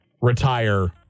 retire